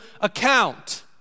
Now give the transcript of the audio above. account